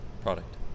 product